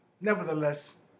Nevertheless